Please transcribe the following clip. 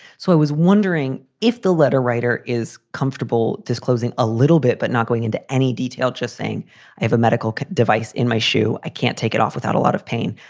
so i was wondering if the letter writer is comfortable disclosing a little bit, but not going into any detail, just saying i have a medical device in my shoe. i can't take it off without a lot of pain.